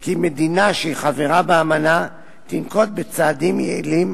כי מדינה שהיא חברה באמנה תנקוט צעדים יעילים